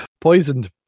poisoned